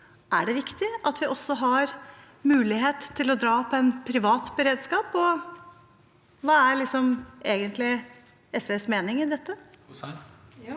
Er det viktig at vi også har mulighet til å dra på en privat beredskap? Hva er egentlig SVs mening om dette?